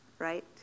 right